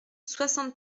soixante